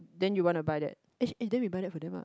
then you wanna buy that eh then we buy that for them lah